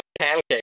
pancake